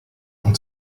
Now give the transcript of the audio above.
und